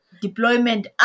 deployment